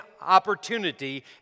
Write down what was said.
opportunity